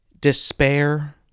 despair